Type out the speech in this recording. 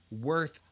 worth